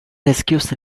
rescues